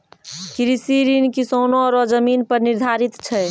कृषि ऋण किसानो रो जमीन पर निर्धारित छै